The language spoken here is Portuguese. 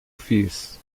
fiz